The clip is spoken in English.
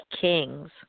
kings